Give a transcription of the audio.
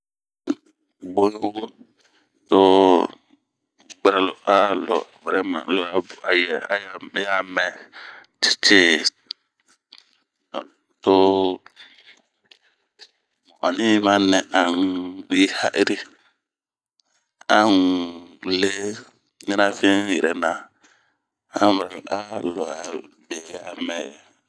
Bunh yi wo, too un bara lo aaa lo a yɛɛ ya a mɛɛ cincinnh, too mu ani ma nɛ an un yi ha'iri.a n'lee ɲanafin un yirɛ na. Anb bara ahh lo bie ya a mɛyɛɛ.